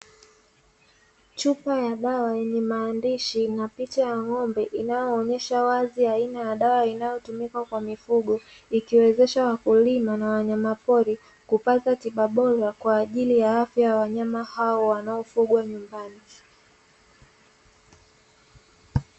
Chupa ya dawa yenye maandishi na picha ya ng'ombe, inayoonyesha wazi aina ya dawa inayotumika kwa mifugo, ikiwezesha wakulima na wanyama pori, kupata tiba bora kwa ajili ya afya ya wanyama hao wanaofugwa nyumbani.